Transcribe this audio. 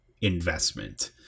investment